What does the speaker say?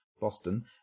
Boston